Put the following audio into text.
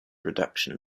reduction